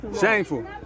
Shameful